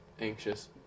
anxious